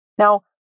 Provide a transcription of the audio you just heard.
Now